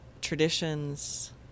traditions